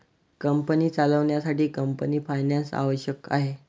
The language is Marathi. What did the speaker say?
कंपनी चालवण्यासाठी कंपनी फायनान्स आवश्यक आहे